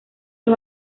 los